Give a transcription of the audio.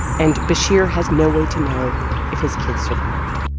and bashir has no way to know if his kids survived.